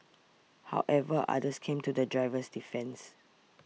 however others came to the driver's defence